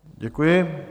Děkuji.